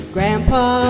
Grandpa